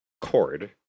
cord